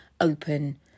open